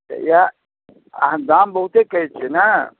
तऽ इएह अहाँ दाम बहुते कहै छियै ने